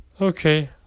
Okay